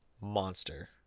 monster